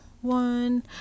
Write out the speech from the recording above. one